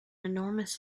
enormous